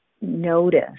notice